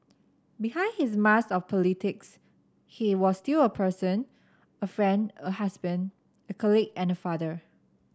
behind his mask of politics he was still a person a friend a husband a colleague and a father